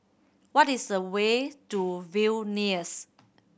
what is the way to Vilnius